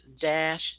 Dash